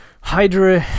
hydra